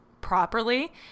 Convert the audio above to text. properly